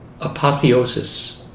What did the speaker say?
apotheosis